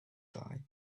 die